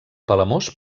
palamós